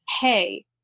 hey